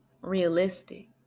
Realistic